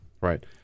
Right